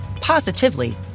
positively